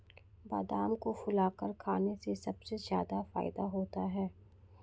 बादाम को फुलाकर खाने से सबसे ज्यादा फ़ायदा होता है